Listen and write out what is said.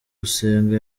gusenga